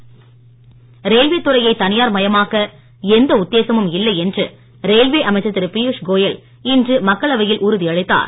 railway railway துறையை தனியார் மயமாக்க எந்த உத்தேசமும் இல்லை என்று ரயில்வே அமைச்சர் திரு பியூஷ் கோயல் இன்று மக்களவையில் உறுதி அளித்தார்